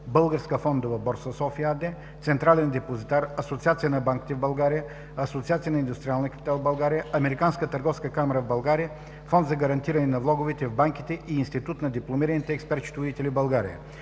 „Българска фондова борса – София“ АД, „Централен депозитар“ АД, Асоциацията на банките в България, Асоциацията на индустриалния капитал в България, Американската търговска камара в България, Фонда за гарантиране на влоговете в банките и Института на дипломираните експерт-счетоводители в България.